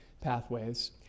pathways